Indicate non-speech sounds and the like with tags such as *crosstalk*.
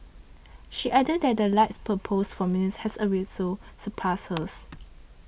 she added that the likes per post for Meredith has also surpassed *noise* hers